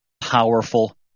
powerful